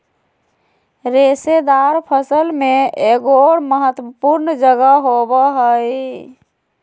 रेशेदार फसल में एगोर महत्वपूर्ण जगह होबो हइ